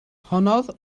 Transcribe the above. honnodd